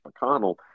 McConnell